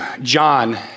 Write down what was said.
John